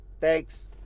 thanks